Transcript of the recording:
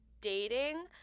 dating